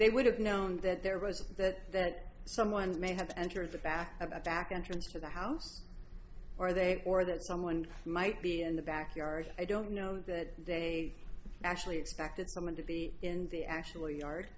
they would have known that there was that someone may have entered the back of the back entrance of the house or they or that someone might be in the backyard i don't know that they actually expected someone to be in the actual yard